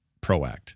proact